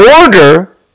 order